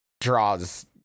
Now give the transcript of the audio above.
Draws